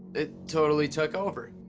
it totally took over.